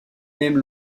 même